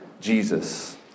Jesus